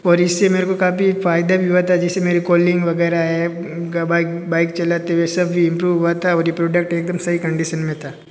और इस से मेरे को काफ़ी फ़ायदा भी हुआ था जिस से मेरे कॉलिंग वग़ैरह है बाइक बाइक चलाते हुए सभी इंप्रूव हुआ था और ये प्रोडक्ट एक दम सही कंडीसन में था